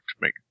make